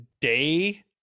day